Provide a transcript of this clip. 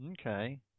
Okay